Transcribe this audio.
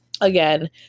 again